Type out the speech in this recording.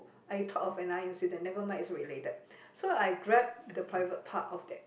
I thought of an eye incident nevermind it's related so I grab the private part of that